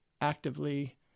actively